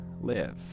Live